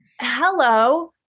hello